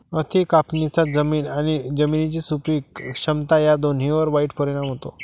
अति कापणीचा जमीन आणि जमिनीची सुपीक क्षमता या दोन्हींवर वाईट परिणाम होतो